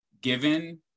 given